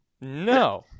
No